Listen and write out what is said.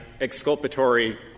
exculpatory